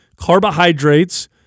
carbohydrates